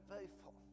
faithful